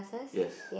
yes